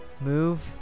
move